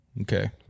Okay